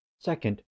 Second